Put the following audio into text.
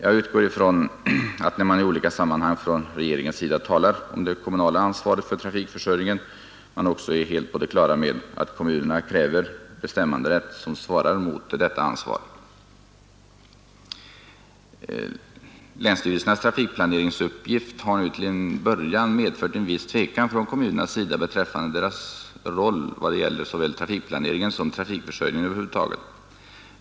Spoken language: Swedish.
Jag utgår från att man när man på regeringshåll i olika sammanhang talar om det kommunala ansvaret för trafikförsörjningen också är helt på det klara med att kommunerna kräver bestämmanderätt som svarar mot detta ansvar. Länsstyrelsernas trafikplaneringsuppgift har till en början medfört viss tvekan från kommunernas sida beträffande deras roll i vad gäller såväl trafikplaneringen som trafikförsörjningen över huvud taget.